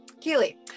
Keely